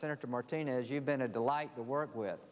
senator martinez you've been a delight to work with